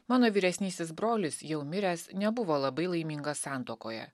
mano vyresnysis brolis jau miręs nebuvo labai laimingas santuokoje